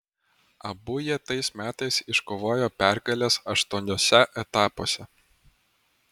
abu jie tais metais iškovojo pergales aštuoniuose etapuose